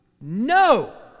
No